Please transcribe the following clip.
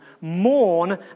mourn